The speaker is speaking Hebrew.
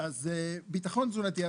ביטחון תזונתי.